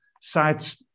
sites